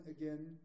again